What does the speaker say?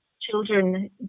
children